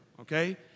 Okay